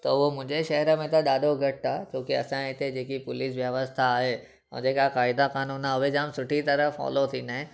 त उहा मुंहिंजे शहर में त ॾाढो घटि आहे छोकी असांए हिते जेकी पुलिस व्यवस्था आहे ऐं जेका क़ाइदा क़ानून आहिनि उहे जाम सुठी तरह फॉलो थींदा आहिनि